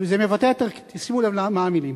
וזה מבטא את ערכי, שימו לב מה המלים: